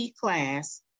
class